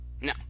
No